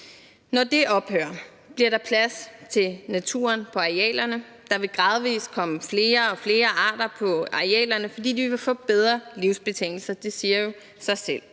Når det ophører, bliver der plads til naturen på arealerne. Der vil gradvis komme flere og flere arter på arealerne, fordi de vil få bedre livsbetingelser; det siger jo sig selv.